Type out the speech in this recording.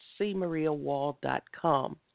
cmariawall.com